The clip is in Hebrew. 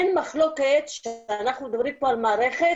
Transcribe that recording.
אין מחלוקת שאנחנו מדברים פה על מערכת